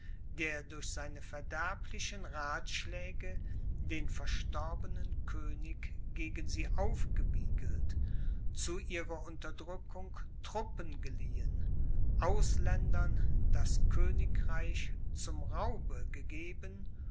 der durch seine verderblichen rathschläge den verstorbenen könig gegen sie aufgewiegelt zu ihrer unterdrückung truppen geliehen ausländern das königreich zum raube gegeben